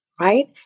right